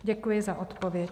Děkuji za odpověď.